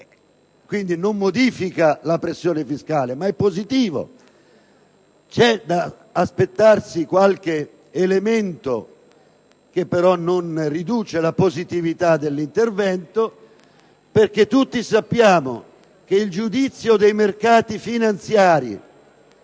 quindi, non modifica la pressione fiscale, ma è positivo. C'è da aspettarsi qualche elemento che però non riduce la positività dell'intervento, perché tutti sappiamo che il giudizio dei mercati finanziari,